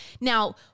Now